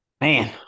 Man